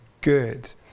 good